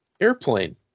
Airplane